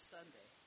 Sunday